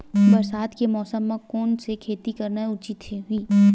बरसात के मौसम म कोन से खेती करना उचित होही?